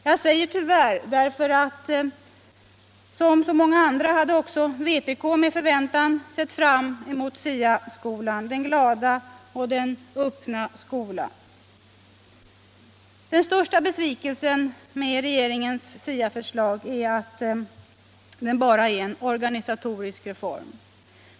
Jag säger tyvärr, ty som så många andra hade också vpk med förväntan sett fram mot SIA-skolan, den glada och den öppna skolan. Den största besvikelsen med regeringens SIA-förslag är att det bara är en organisatorisk reform.